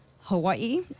Hawaii